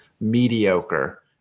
mediocre